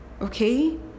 okay